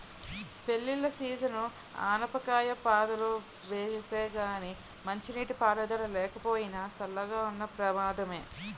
పెళ్ళిళ్ళ సీజనని ఆనపకాయ పాదులు వేసానే గానీ మంచినీటి పారుదల లేకపోయినా, చల్లగా ఉన్న ప్రమాదమే